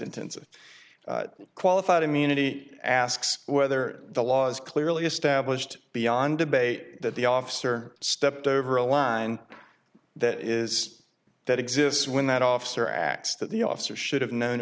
intensive qualified immunity asks whether the law's clearly established beyond debate that the officer stepped over a line that is that exists when that officer acts that the officer should have known